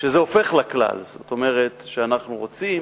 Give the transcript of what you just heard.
שזה הופך לכלל הזה, זאת אומרת שאנחנו רוצים